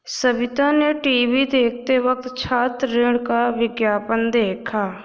सविता ने टीवी देखते वक्त छात्र ऋण का विज्ञापन देखा